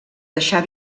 deixar